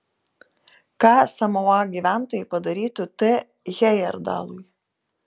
ką samoa gyventojai padarytų t hejerdalui